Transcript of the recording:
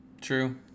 True